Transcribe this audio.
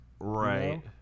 right